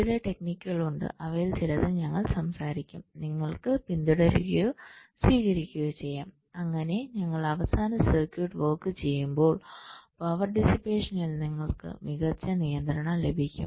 ചില ടെക്നിക്കുകൾ ഉണ്ട് അവയിൽ ചിലത് ഞങ്ങൾ സംസാരിക്കും നിങ്ങൾക്ക് പിന്തുടരുകയോ സ്വീകരിക്കുകയോ ചെയ്യാം അങ്ങനെ ഞങ്ങൾ അവസാന സർക്യൂട്ട് വർക്ക് ചെയ്യുമ്പോൾ പവർ ഡിസ്പേഷനിൽ നിങ്ങൾക്ക് മികച്ച നിയന്ത്രണം ലഭിക്കും